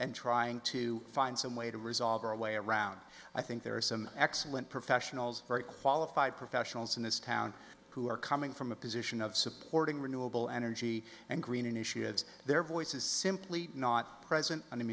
and trying to find some way to resolve our way around i think there are some excellent professionals very qualified professionals in this town who are coming from a position of supporting renewable energy and green initiatives their voice is simply not present